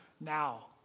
now